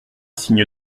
signe